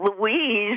Louise